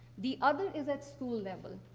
the other is at school level.